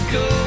go